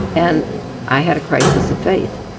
and i had a crisis of faith.